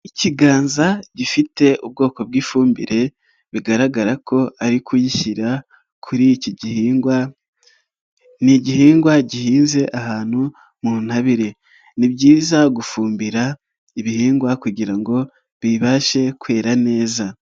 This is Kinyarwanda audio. Ikiganza gifite ubwoko bw'ifumbire bigaragara ko ari kuyishyira kuri iki gihingwa. Ni igihingwa gihinze ahantu mu intabire. Ni byiza gufumbira ibihingwa kugira ngo bibashe kwera neza.